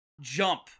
jump